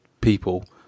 people